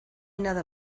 nada